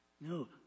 No